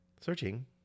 Searching